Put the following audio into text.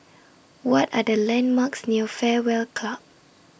What Are The landmarks near Fairway Club